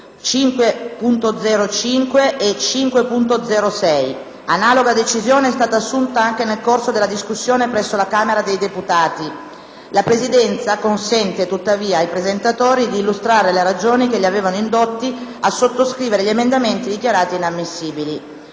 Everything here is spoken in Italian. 5.0.5 e 5.0.6. Analoga decisione è stata assunta anche nel corso della discussione presso la Camera dei deputati. La Presidenza consente tuttavia ai presentatori di illustrare le ragioni che li avevano indotti a sottoscrivere gli emendamenti dichiarati inammissibili.